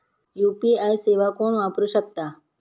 UPI सेवा कोण वापरू शकता?